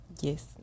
yes